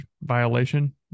violation